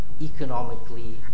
economically